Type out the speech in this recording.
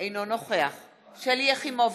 אינו נוכח שלי יחימוביץ,